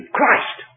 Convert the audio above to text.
Christ